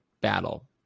battle